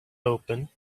open